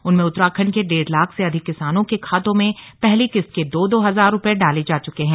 उनमें उत्तराखण्ड के डेढ़ लाख से अधिक किसानों के खातों में पहली किस्त के दो दो हजार रूपय डाले जा चुके हैं